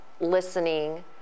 listening